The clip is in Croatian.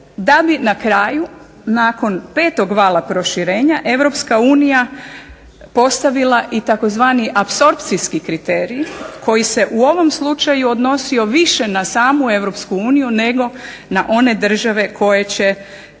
da bi na kraju nakon petog vala proširenja Europska unija postavila i tzv. apsorpcijski kriterij koji se u ovom slučaju odnosio više na samu Europsku uniju nego na one države koje će